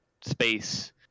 space